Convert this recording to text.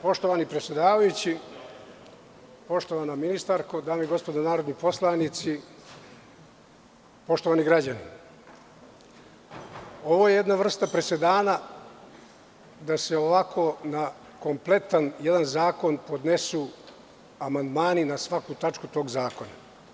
Poštovani predsedavajući, poštovana ministarko, dame i gospodo narodni poslanici, poštovani građani, ovo je jedna vrsta presedana da se ovako na kompletan jedan zakon podnesu amandmani na svaku tačku tog zakona.